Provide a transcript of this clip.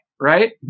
right